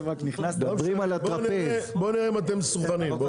בוא נראה אם אנחנו מסונכרנים.